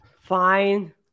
fine